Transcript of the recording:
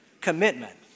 commitment